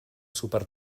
súper